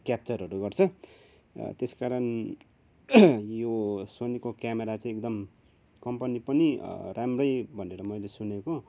क्याप्चरहरू गर्छ त्यस कारण यो सोनीको क्यामरा चाहिँ एकदम कम्पनी पनि राम्रै भनेर मैले सुनेको